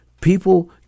people